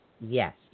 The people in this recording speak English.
Yes